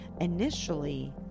Initially